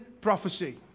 prophecy